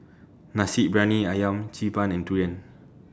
Nasi Briyani Ayam Xi Ban and Durian